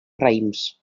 raïms